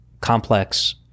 complex